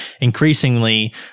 increasingly